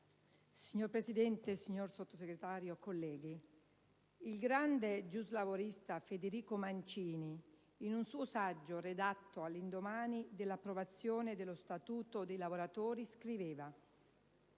Signor Presidente, signor Sottosegretario, colleghi, il grande giuslavorista Federico Mancini, in un suo saggio redatto all'indomani dell'approvazione dello Statuto dei lavoratori, scriveva: